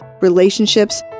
relationships